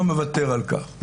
הוא לא מוותר על כך.